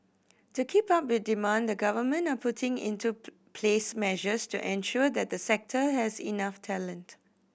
to keep up with demand the government are putting into place measures to ensure that the sector has enough talent